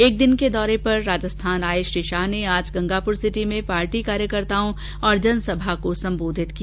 एक दिन के दौरे पर राजस्थान आये श्री शाह ने आज गंगापुरसिटी में पार्टी कार्यकर्ताओं और जनसभा को सम्बोधित किया